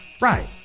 Right